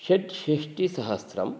षट्षष्टिसहस्रं